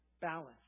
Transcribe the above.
balance